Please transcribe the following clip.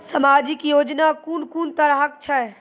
समाजिक योजना कून कून तरहक छै?